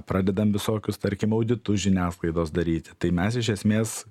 pradedam visokius tarkim auditus žiniasklaidos daryti tai mes iš esmės